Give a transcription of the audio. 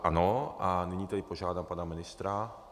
Ano, nyní tedy požádám pana ministra.